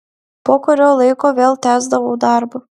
po kurio laiko vėl tęsdavau darbą